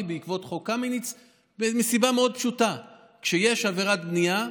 בעקבות חוק קמיניץ מסיבה מאוד פשוטה: כשיש עבירת בנייה,